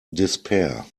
despair